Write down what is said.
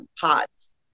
pods